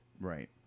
right